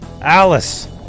Alice